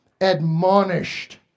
admonished